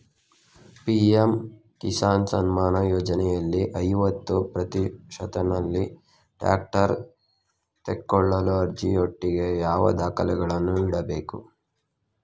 PM Kisan Samman ಯೋಜನೆಯಲ್ಲಿ ಐವತ್ತು ಪ್ರತಿಶತನಲ್ಲಿ ಟ್ರ್ಯಾಕ್ಟರ್ ತೆಕೊಳ್ಳಲು ಅರ್ಜಿಯೊಟ್ಟಿಗೆ ಯಾವ ದಾಖಲೆಗಳನ್ನು ಇಡ್ಬೇಕು?